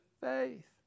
faith